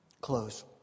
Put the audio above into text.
close